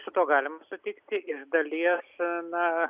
didelė su tuo galim sutikti iš dalies na